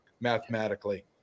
mathematically